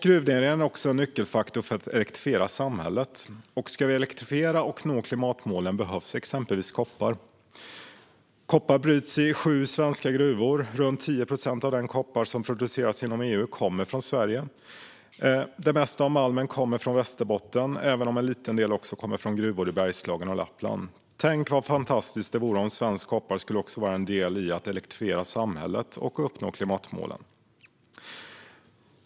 Gruvnäringen är också en nyckelfaktor för att elektrifiera samhället. Om vi ska elektrifiera och nå klimatmålen behövs exempelvis koppar. Koppar bryts i sju svenska gruvor. Runt 10 procent av den koppar som produceras inom EU kommer från Sverige. Det mesta av malmen kommer från Västerbotten, även om en liten del också kommer från gruvor i Bergslagen och Lappland. Tänk vad fantastiskt det vore om svensk koppar skulle vara en del i att elektrifiera samhället så att vi uppnår klimatmålen!